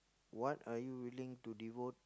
what are you willing to devote